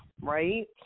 right